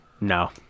No